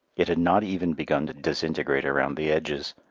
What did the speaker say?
it had not even begun to disintegrate around the edges.